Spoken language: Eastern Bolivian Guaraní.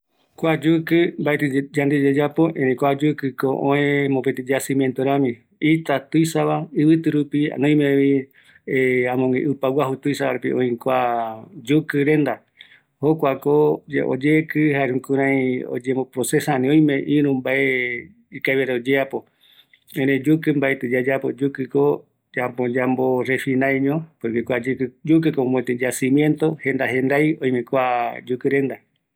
Kua yukɨ mbaetɨ yande yayapo oïmeko yacimiento, yandeko yayapokaviño, yauvaera, jare oïmevi mïmba reta peguara, oïme kuare oparavɨkɨ retava, jare jukuraï oesauka reta